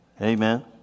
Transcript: Amen